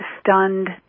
stunned